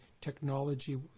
technology